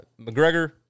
McGregor